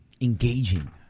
engaging